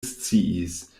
sciis